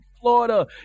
Florida